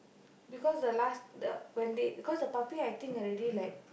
because the last the when they cause the puppy I think already like